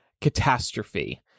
catastrophe